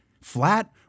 Flat